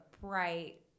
bright